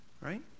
Right